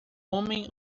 homem